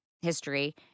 history